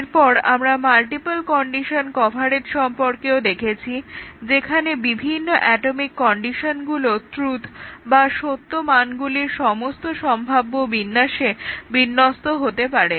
এরপর আমরা multiple condition coverage সম্পর্কেও দেখেছি যেখানে বিভিন্ন অ্যাটমিক কন্ডিশনগুলো ট্রুথ বা সত্য মানগুলির সমস্ত সম্ভাব্য বিন্যাসে বিন্যস্ত হতে পারে